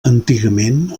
antigament